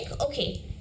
okay